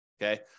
Okay